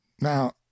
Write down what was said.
Now